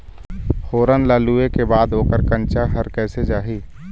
फोरन ला लुए के बाद ओकर कंनचा हर कैसे जाही?